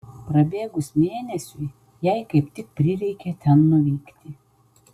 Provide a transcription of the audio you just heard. prabėgus mėnesiui jai kaip tik prireikė ten nuvykti